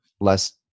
less